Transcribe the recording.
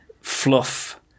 fluff